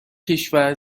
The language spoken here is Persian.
کشور